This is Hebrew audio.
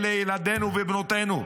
אלה ילדינו ובנותינו.